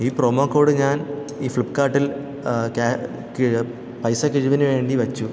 ഈ promo code ഞാൻ ഈ ഫ്ലിപ്പ്കാർട്ടിൽ പൈസ കിഴിവിന് വേണ്ടി വച്ചു